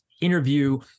interview